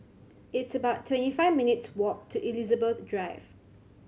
it's about twenty five minutes' walk to Elizabeth Drive